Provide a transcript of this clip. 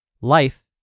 life